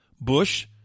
Bush